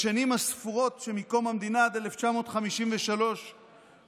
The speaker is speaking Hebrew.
בשנים הספורות מקום המדינה ועד 1953 מונו